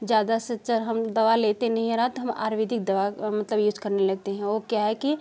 ज़्यादा अक्सर हम दवा लेते नहीं हरा तो हम आयुरवेदिक दवा मतलब यूज करने लगते हैं वो क्या है कि